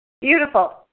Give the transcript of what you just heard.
Beautiful